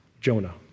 Jonah